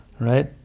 right